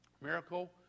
Miracle